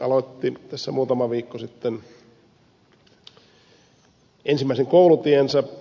aloitti tässä muutama viikko sitten ensimmäisen koulutiensä